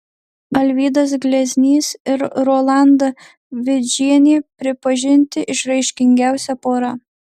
alvydas gleznys ir rolanda vidžienė pripažinti išraiškingiausia pora